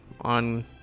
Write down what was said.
on